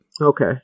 Okay